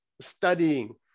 studying